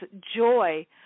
joy